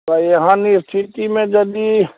तऽ एहन स्थितिमे यदि